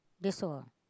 that's all